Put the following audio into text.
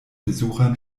besuchern